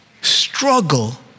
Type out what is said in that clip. struggle